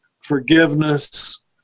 forgiveness